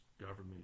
government